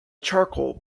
charcoal